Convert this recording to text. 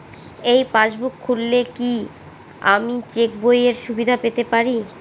এই পাসবুক খুললে কি আমি চেকবইয়ের সুবিধা পেতে পারি?